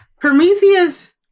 Prometheus